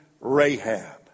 Rahab